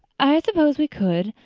i suppose we could,